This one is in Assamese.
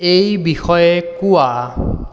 এই বিষয়ে কোৱা